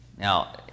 Now